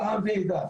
קבל עם ועדה,